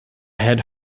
had